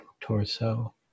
torso